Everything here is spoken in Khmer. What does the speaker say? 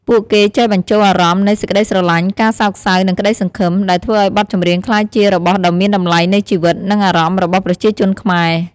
ពួកគេចេះបញ្ចូលអារម្មណ៍នៃ សេចក្ដីស្រលាញ់, ការសោកសៅ, និងក្ដីសង្ឃឹម ដែលធ្វើឲ្យបទចម្រៀងក្លាយជារបស់ដ៏មានតម្លៃនៃជីវិត និងអារម្មណ៍របស់ប្រជាជនខ្មែរ។